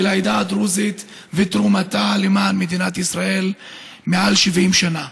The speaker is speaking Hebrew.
העדה הדרוזית ותרומתה למען מדינת ישראל מעל 70 שנה.